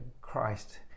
Christ